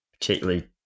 Particularly